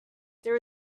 there